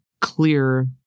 clear